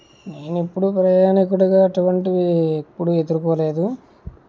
నేను ఎప్పుడు ప్రయాణికుడిగా అటువంటివి ఎప్పుడు ఎదుర్కోలేదు